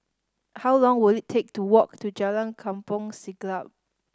how long will it take to walk to Jalan Kampong Siglap